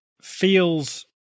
feels